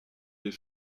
des